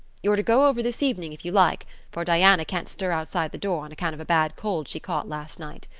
you're to go over this evening if you like for diana can't stir outside the door on account of a bad cold she caught last night.